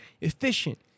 efficient